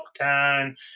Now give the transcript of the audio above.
lockdown